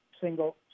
single